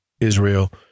Israel